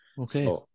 Okay